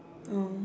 oh